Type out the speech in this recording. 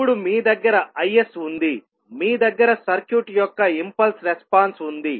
ఇప్పుడు మీ దగ్గర is ఉందిమీ దగ్గర సర్క్యూట్ యొక్క ఇంపల్స్ రెస్పాన్స్ ఉంది